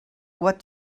what